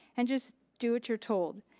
and just do what you're told.